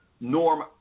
Norm